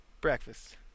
Breakfast